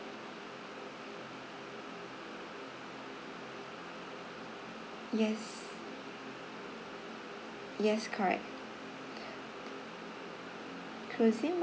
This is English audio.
yes yes correct cuisine